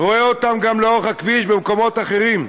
רואה אותם גם לאורך הכביש במקומות אחרים.